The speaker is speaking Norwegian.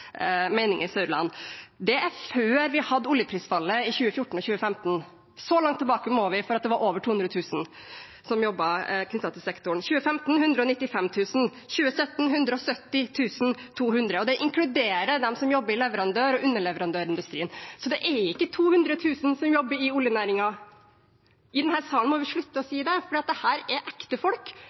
i oljenæringen, som representanten Meininger Saudland sa. Det var før vi hadde oljeprisfallet i 2014 og 2015. Så langt tilbake må vi for at det var over 200 000 som jobbet i sektoren. I 2015 var det 195 000, i 2017 170 200, og det inkluderer dem som jobber i leverandør- og underleverandørindustrien. Så det er ikke 200 000 som jobber i oljenæringen. Vi må slutte å si det i denne salen, for dette er ekte folk